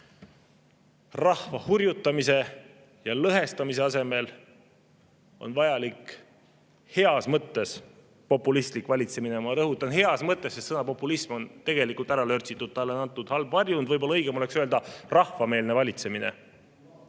Rahva hurjutamise ja lõhestamise asemel on vajalik heas mõttes populistlik valitsemine, ma rõhutan, heas mõttes, sest sõna "populism" on tegelikult ära lörtsitud, sellele on antud halb varjund. Võib-olla oleks õigem öelda rahvameelne valitsemine,